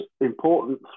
important